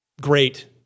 great